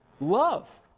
Love